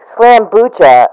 Slambucha